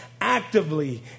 actively